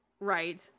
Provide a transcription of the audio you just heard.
Right